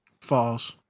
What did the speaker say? False